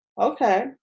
okay